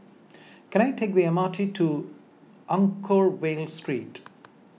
can I take the M R T to Anchorvale Street